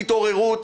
תתעוררו,